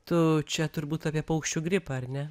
tu čia turbūt apie paukščių gripą ar ne